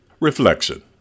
Reflection